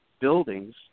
buildings